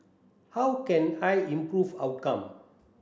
how can I improve outcome